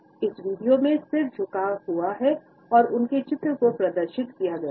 इस विशेष वीडियो में सिर झुका हुआ है और उनके चित्रों को प्रदर्शित किया गया है